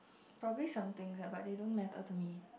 probably something lah but they don't matter to me